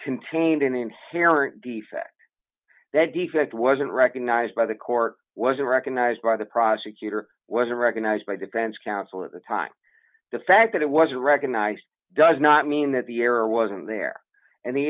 contained an inherent defect that defect wasn't recognized by the court wasn't recognized by the prosecutor was a recognized by defense counsel at the time the fact that it was recognized does not mean that the error wasn't there and the